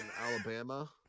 Alabama